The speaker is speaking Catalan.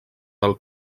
del